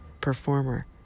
performer